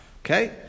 okay